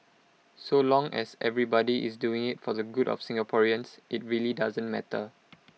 so long as everybody is doing IT for the good of Singaporeans IT really doesn't matter